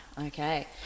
okay